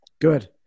Good